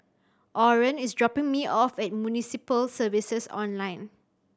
Orren is dropping me off at Municipal Services All Night